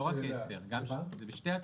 לא רק 10. זה בשתי התוספות,